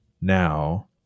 Now